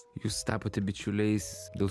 jūs tapote bičiuliais dėl